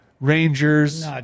Rangers